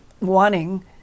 wanting